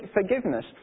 forgiveness